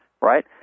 right